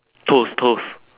toast toast